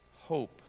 Hope